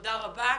תודה רבה.